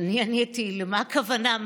ואני עניתי, למה הכוונה?